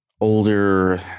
older